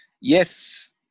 Yes